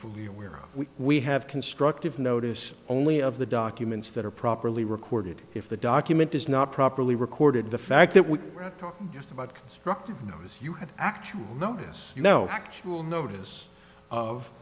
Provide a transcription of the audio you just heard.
fully aware of we have constructive notice only of the documents that are properly recorded if the document is not properly recorded the fact that we were talking just about constructive notice you had actual notice no actual notice of